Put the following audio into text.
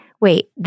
wait